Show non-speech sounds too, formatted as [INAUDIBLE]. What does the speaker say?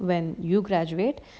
when you graduate [BREATH]